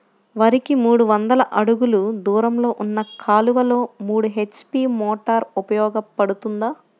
వరికి మూడు వందల అడుగులు దూరంలో ఉన్న కాలువలో మూడు హెచ్.పీ మోటార్ ఉపయోగపడుతుందా?